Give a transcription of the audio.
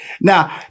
Now